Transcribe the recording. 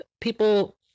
people